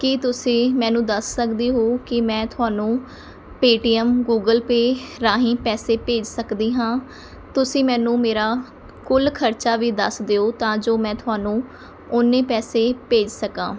ਕੀ ਤੁਸੀਂ ਮੈਨੂੰ ਦੱਸ ਸਕਦੇ ਹੋ ਕਿ ਮੈਂ ਤੁਹਾਨੂੰ ਪੇਟੀਐੱਮ ਗੂਗਲ ਪੇ ਰਾਹੀਂ ਪੈਸੇ ਭੇਜ ਸਕਦੀ ਹਾਂ ਤੁਸੀਂ ਮੈਨੂੰ ਮੇਰਾ ਕੁੱਲ ਖਰਚਾ ਵੀ ਦੱਸ ਦਿਓ ਤਾਂ ਜੋ ਮੈਂ ਤੁਹਾਨੂੰ ਉਨੇ ਪੈਸੇ ਭੇਜ ਸਕਾਂ